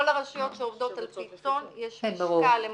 כל הרשויות שעובדות על פי טון, יש משקל.